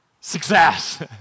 success